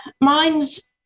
mine's